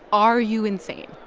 are you insane?